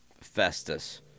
Festus